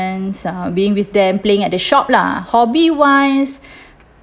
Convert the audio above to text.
um being with them playing at the shop lah hobby wise